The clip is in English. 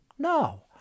No